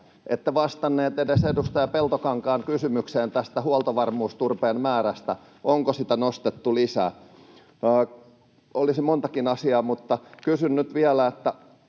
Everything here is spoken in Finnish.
Ette vastannut edes edustaja Peltokankaan kysymykseen tästä huoltovarmuusturpeen määrästä, että onko sitä nostettu lisää. Olisi montakin asiaa, mutta kysyn nyt vielä: olisiko